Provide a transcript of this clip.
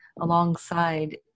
alongside